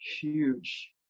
huge